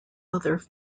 other